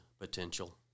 potential